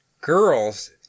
Girls